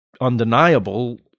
undeniable –